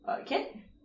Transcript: Okay